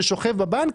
ששוכב בבנק.